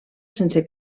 sense